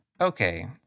Okay